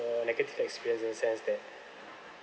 a negative experiences in the sense that